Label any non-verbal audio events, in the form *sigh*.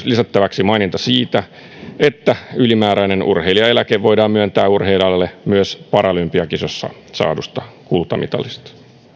*unintelligible* lisättäväksi myös maininta siitä että ylimääräinen urheilijaeläke voidaan myöntää urheilijalle myös paralympiakisoissa saadusta kultamitalista